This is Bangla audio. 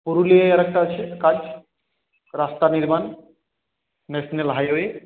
পুরুলিয়ায় আর একটা আছে কাজ রাস্তা নির্মাণ ন্যাশনাল হাইওয়ে